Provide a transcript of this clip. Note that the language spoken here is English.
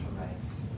rights